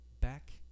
back